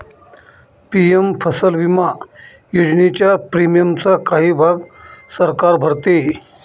PM फसल विमा योजनेच्या प्रीमियमचा काही भाग सरकार भरते